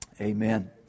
amen